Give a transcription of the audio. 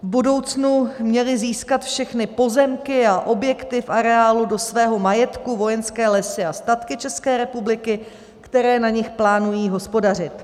V budoucnu měly získat všechny pozemky a objekty v areálu do svého majetku Vojenské lesy a statky České republiky, které na nich plánují hospodařit.